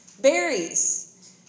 berries